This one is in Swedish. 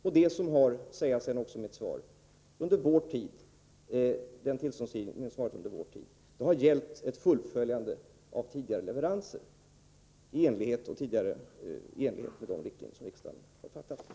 Och den tillståndsgivning som skett under vår tid har — som jag också sagt i mitt svar — gällt ett fullföljande av tidigare leveranser, i enlighet med de riktlinjer som riksdagen har beslutat om.